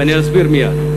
ואני אסביר מייד.